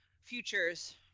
futures